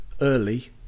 early